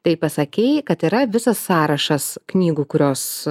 tai pasakei kad yra visas sąrašas knygų kurios